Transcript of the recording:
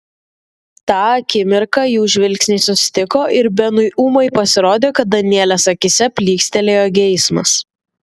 tą akimirką jų žvilgsniai susitiko ir benui ūmai pasirodė kad danielės akyse plykstelėjo geismas